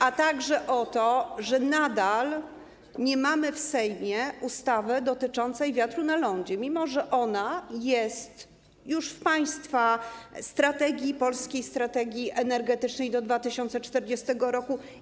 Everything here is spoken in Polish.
Chodzi także o to, że nadal nie mamy w Sejmie ustawy dotyczącej wiatru na lądzie, mimo że ona jest już w państwa strategii, polskiej strategii energetycznej do 2040 r.